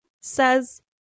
says